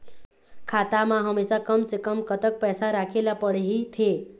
खाता मा हमेशा कम से कम कतक पैसा राखेला पड़ही थे?